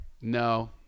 no